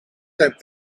zijn